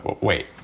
Wait